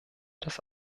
das